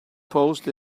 post